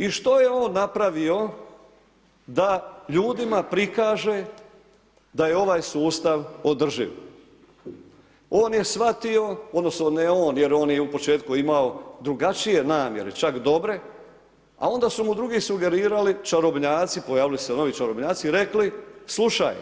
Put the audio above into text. I što je on napravio da ljudima prikaže da je ovaj sustav održiv, on je shvatio, odnosno ne on jer je u početku imao drugačije namjere, čak dobre, a onda su mu drugi sugerirali, čarobnjaci, pojavili su se novi čarobnjaci i rekli, slušaj,